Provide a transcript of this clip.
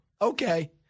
Okay